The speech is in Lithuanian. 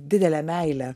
didelę meilę